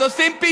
אז עושים פיצוי.